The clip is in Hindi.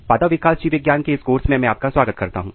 पादप विकास जीव विज्ञान के इस कोर्स में मैं आपका स्वागत करता हूं